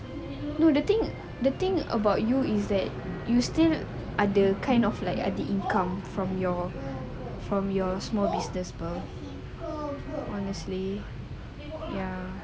no the thing the thing about you is that you still ada kind of like ada income from your small business honestly ya